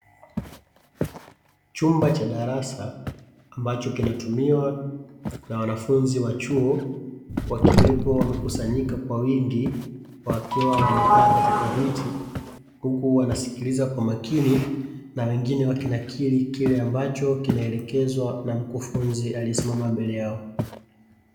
Chumba cha darasa ambacho kinatumiwa na wanafunzi wa chuo wakiwepo waliokusanyika kwa wingi wakiwa wamekaa katika viti, huku wanasikiliza kwa makini na wengine wakinakili kile ambacho kinaelekezwa na mkufunzi aliesimama mbele yao.